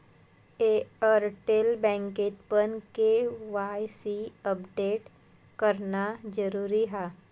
Airtel बँकेतपण KYC update करणा जरुरी हा